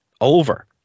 over